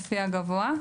לפי הגבוה".